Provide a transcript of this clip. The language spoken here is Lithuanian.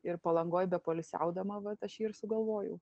ir palangoj be poilsiaudama vat aš jį ir sugalvojau